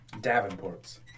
Davenport's